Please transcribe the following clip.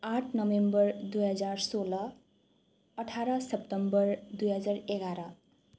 आठ नोभेम्बर दुई हजार सोह्र अठार सेप्टेम्बर दुई हजार एघार